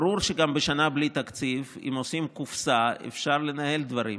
ברור שאם עושים קופסה גם בשנה בלי תקציב אפשר לנהל דברים,